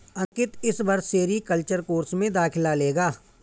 अंकित इस वर्ष sericulture course में दाखिला लेगा